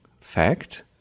fact